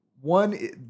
One